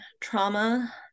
trauma